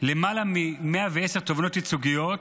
למעלה מ-110 תובענות ייצוגיות